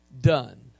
done